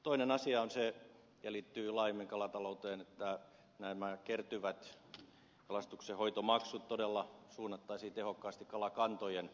toinen asia on se ja liittyy laajemmin kalatalouteen että nämä kertyvät kalastuksenhoitomaksut todella suunnattaisiin tehokkaasti kalakantojen hoitamiseen